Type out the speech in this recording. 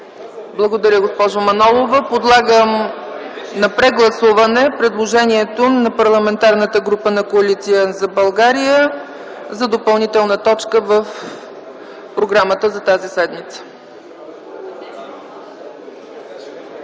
Благодаря, госпожо Манолова. Подлагам на прегласуване предложението на Парламентарната група на Коалиция за България за допълнителна точка в програмата за тази седмица.